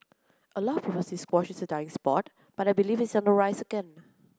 a lot of people say squash is a dying sport but I believe it is on the rise again